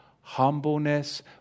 Humbleness